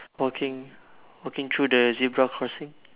walking walking through the zebra crossing